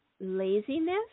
laziness